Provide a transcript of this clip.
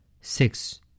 six